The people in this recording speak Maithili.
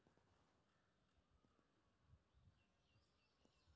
हमरा बाजार के नया कीमत तुरंत केना मालूम होते?